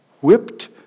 whipped